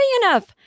enough